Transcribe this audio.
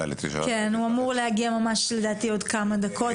כן, הוא אמור להגיע ממש בעוד כמה דקות.